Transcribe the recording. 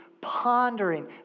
pondering